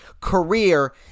Career